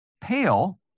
Pale